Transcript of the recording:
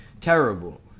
terrible